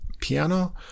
piano